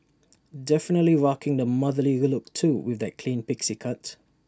definitely rocking the motherly look too with that clean pixie cut